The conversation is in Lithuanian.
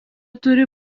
turi